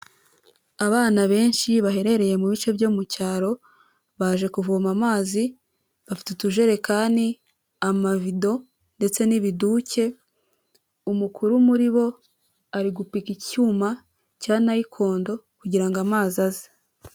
Abana benshi baherereye mu bice byo mu cyaro baje kuvoma amazi, bafite utujerekani, amavido ndetse n'ibiduke, umukuru muri bo ari gupika icyuma cya nayikondo kugira ngo amazi aze.